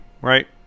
Right